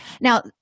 Now